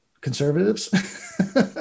conservatives